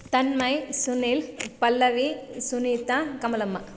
Tanmay Sunil Pallavi Sunitha Kamalamma